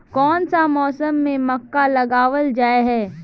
कोन सा मौसम में मक्का लगावल जाय है?